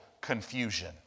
confusion